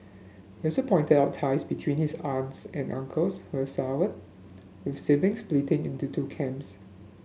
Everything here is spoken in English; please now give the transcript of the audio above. he also pointed out ties between his aunts and uncles have soured with the siblings split into two camps